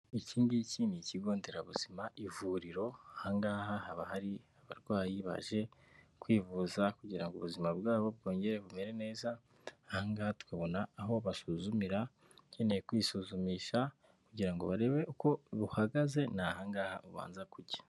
Iki ngiki ni ikigo nderabuzima ivuriro, aha ngaha haba hari abarwayi baje kwivuza kugira ngo ubuzima bwabo bwongere bumere neza, aha ngaha tukabona aho basuzumira, ukeneye kwisuzumisha kugira ngo barebe uko buhagaze, ni aha ngaha ubanza kujya.